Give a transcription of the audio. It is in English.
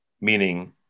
meaning